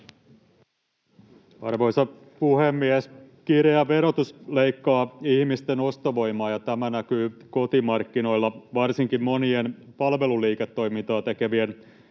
Arvoisa puhemies! Kireä verotus leikkaa ihmisten ostovoimaa, ja tämä näkyy kotimarkkinoilla varsinkin monien palveluliiketoimintaa tekevien